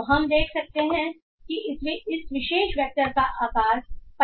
तो हम देख सकते हैं कि इस विशेष वेक्टर का आकार 50 है